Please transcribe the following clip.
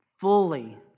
fully